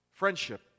Friendship